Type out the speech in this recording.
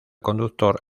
conductor